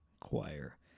choir